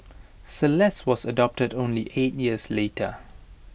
celeste was adopted only eight years later